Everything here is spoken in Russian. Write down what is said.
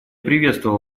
приветствовал